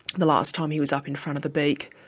the last time he was up in front of the beak,